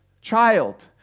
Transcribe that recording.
child